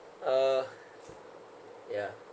uh yeah